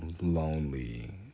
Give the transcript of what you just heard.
lonely